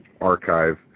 archive